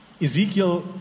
Ezekiel